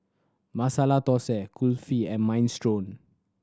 Masala Dosa Kulfi and Minestrone